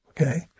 Okay